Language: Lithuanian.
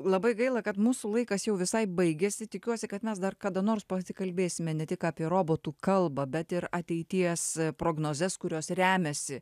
labai gaila kad mūsų laikas jau visai baigiasi tikiuosi kad mes dar kada nors pasikalbėsime ne tik apie robotų kalbą bet ir ateities prognozes kurios remiasi